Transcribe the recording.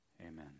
Amen